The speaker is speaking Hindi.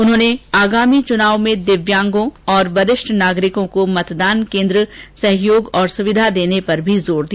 उन्होंने आगामी चुनाव में दिव्यांगजनों और वरिष्ठ नागरिकों को मतदान केंद्र सहयोग और सुविधा देने पर भी जोर दिया